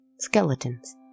Skeletons